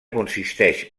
consisteix